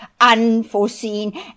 unforeseen